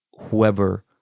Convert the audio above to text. Whoever